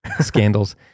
scandals